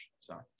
Sorry